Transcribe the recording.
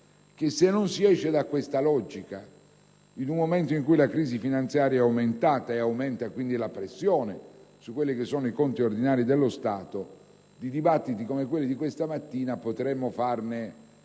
che, se non si esce da questa logica in un momento in cui la crisi finanziaria è aumentata, e aumenta quindi la pressione sui conti ordinari dello Stato, di dibattiti come quello di questa mattina potremmo farne